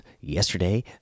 yesterday